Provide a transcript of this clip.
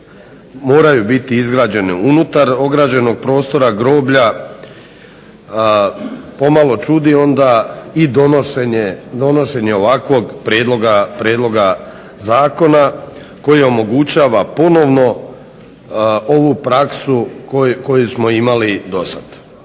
moraju biti izgrađene unutar ograđenog prostora groblja. Pomalo čudi onda i donošenje ovakvog prijedloga zakona koji omogućava ponovno ovu praksu koju smo imali do sad.